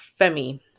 Femi